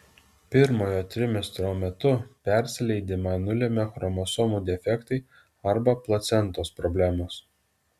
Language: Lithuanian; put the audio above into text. pirmojo trimestro metu persileidimą nulemia chromosomų defektai arba placentos problemos